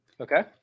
Okay